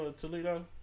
Toledo